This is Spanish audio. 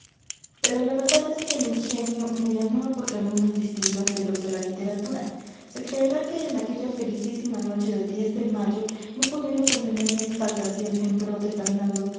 pero la verdad es que mi genio me llamaba por caminos distintos de los de la literatura se creerá que en aquella felicísima noche del de mayo no pudiendo contener mi exaltación en pro de fernando